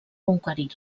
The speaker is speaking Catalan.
conquerir